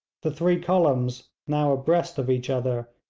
the three columns, now abreast of each other,